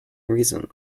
reason